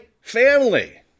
family